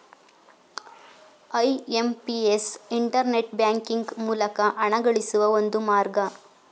IMPS internet banking ಮೂಲಕ ಹಣಗಳಿಸುವ ಒಂದು ಮಾರ್ಗ